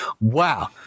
Wow